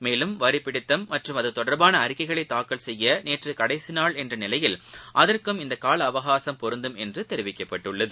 மேலும் வரிபிடித்தம் மற்றும் அகுதொடர்பான அறிக்கைகளைதாக்கல் செய்யநேற்றுகடைசிநாள் என்றநிலையில் அகற்கும் இந்தகாலஅவகாசம் பொருந்தும் என்றும் தெரிவிக்கப்பட்டுள்ளது